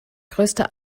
größte